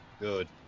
good